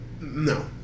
no